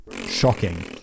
shocking